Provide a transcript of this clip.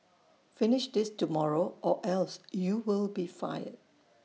finish this tomorrow or else you will be fired